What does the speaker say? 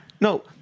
no